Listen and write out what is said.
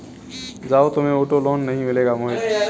जाओ, तुम्हें auto loan नहीं मिलेगा मोहित